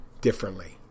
Differently